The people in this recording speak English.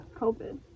Covid